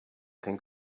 think